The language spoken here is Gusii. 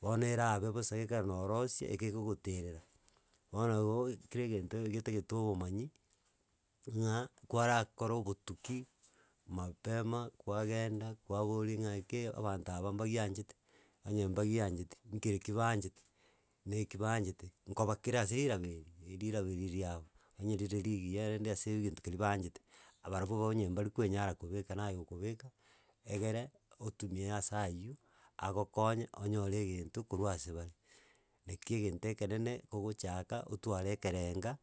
bono erabe bosa gekiagera na orosia, ekegoterera. Bono igooo kera egento getagete obomanyi, ng'a kwarakora obotuki mapema kwagenda, kwaboria ng'a kei, abanto aba mbagianchete, onye bagiancheti, nkereki baanchete, na eki baanchete, nkoba kere ase riraba eri, riraba eri riabo, onye rire rigiya rende ase egento keria baanchete, abarabwo onye mbari koenyara kobeka naye okobeka, egere otumie asa aywo, agokonye onyore egento korwa ase bare. Nakio egento ekenene ogochaka otware ekerenga.